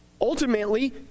Ultimately